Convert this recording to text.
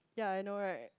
ya I know right